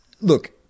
look